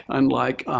unlike